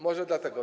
Może dlatego.